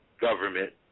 government